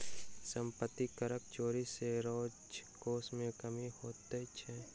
सम्पत्ति करक चोरी सॅ राजकोश मे कमी होइत छै